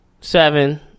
seven